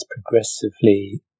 progressively